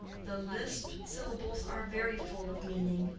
the lisped syllables are very full of meaning.